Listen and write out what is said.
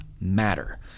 matter